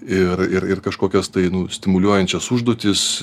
ir ir ir kažkokias tai nu stimuliuojančias užduotis